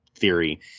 theory